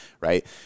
right